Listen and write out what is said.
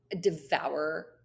devour